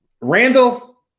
Randall